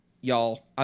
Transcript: y'all